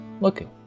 looking